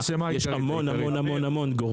יש המון גורמים,